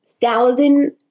thousand